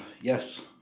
Yes